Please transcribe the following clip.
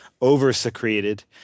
over-secreted